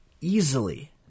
easily